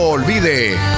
Olvide